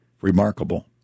remarkable